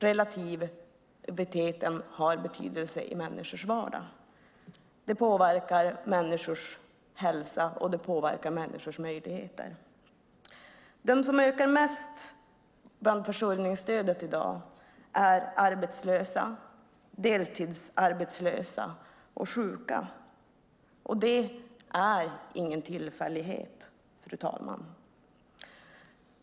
Relativiteten har betydelse i människors vardag. Den påverkar människors hälsa och möjligheter. De grupper som ökar mest bland dem som får försörjningsstöd är arbetslösa, deltidsarbetslösa och sjuka. Det är ingen tillfällighet, fru talman.